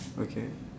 okay